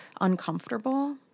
uncomfortable